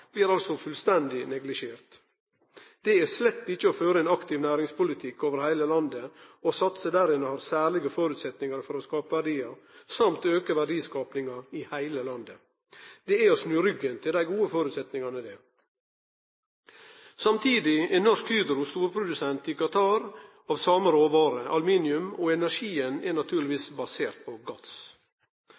blir altså fullstendig neglisjerte. Det er slett ikkje å føre ein aktiv næringspolitikk og satse der ein har særlege føresetnader for å skape verdiar og auke verdiskapinga i heile landet. Det er å snu ryggen til dei gode føresetnadene, det! Samtidig er Norsk Hydro i Qatar storprodusent av same råvare, aluminium, og energien er naturlegvis basert på